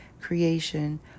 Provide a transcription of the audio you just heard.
creation